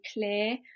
clear